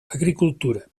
agricultura